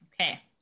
Okay